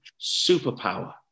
superpower